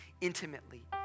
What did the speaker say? intimately